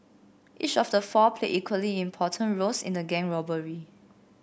each of the four played equally important roles in the gang robbery